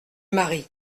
mari